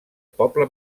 poble